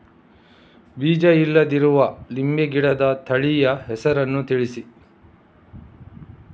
ಬೀಜ ಇಲ್ಲದಿರುವ ನಿಂಬೆ ಗಿಡದ ತಳಿಯ ಹೆಸರನ್ನು ತಿಳಿಸಿ?